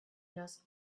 knows